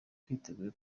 twiteguye